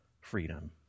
freedom